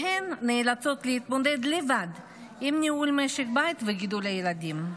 והן נאלצות להתמודד לבד עם ניהול משק הבית וגידול הילדים.